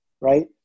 Right